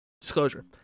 disclosure